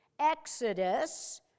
Exodus